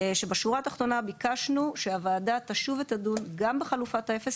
בשורה התחתונה ביקשנו שהוועדה תשוב ותדון גם בחלופת האפס,